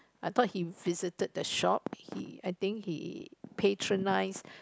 I thought he visited the shop he I think he patronize